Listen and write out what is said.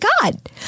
God